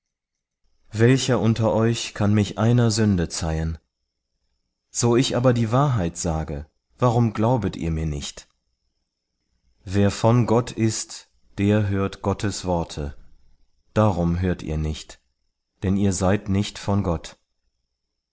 welcher unter euch kann mich einer sünde zeihen so ich aber die wahrheit sage warum glaubet ihr mir nicht wer von gott ist der hört gottes worte darum hört ihr nicht denn ihr seid nicht von gott